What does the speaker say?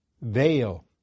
veil